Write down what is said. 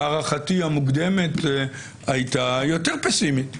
הערכתי המוקדמת הייתה יותר פסימית.